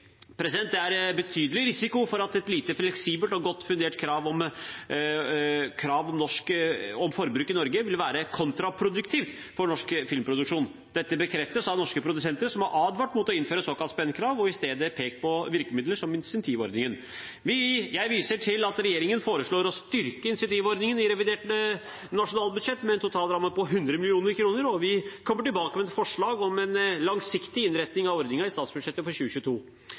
Det er betydelig risiko for at et lite fleksibelt og godt fundert krav om forbruk i Norge vil være kontraproduktivt for norsk filmproduksjon. Dette bekreftes av norske produsenter, som har advart mot å innføre et såkalt spendkrav og i stedet pekt på virkemidler som insentivordningen. Jeg viser til at regjeringen foreslår å styrke insentivordningen i revidert nasjonalbudsjett med en total ramme på 100 mill. kr, og vi kommer tilbake med et forslag om en langsiktig innretning av ordningen i statsbudsjettet for 2022.